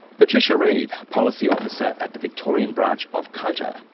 patricia reeve, policy officer at the victorian branch of cota,